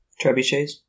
trebuchets